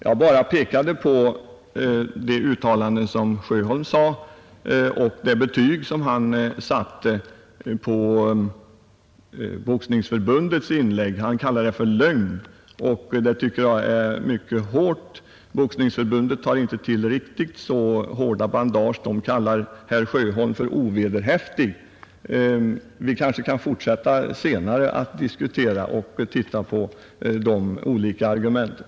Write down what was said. Jag bara hänvisade till de uttalanden som herr Sjöholm gjorde och det betyg han satte på Boxningsförbundets inlägg. Han kallar det för lögn, och det tycker jag är mycket hårt. Boxningsförbundet tar inte till riktigt så hårda bandage utan kallar herr Sjöholm för ovederhäftig. Vi kanske kan fortsätta senare att diskutera och se på de olika argumenten.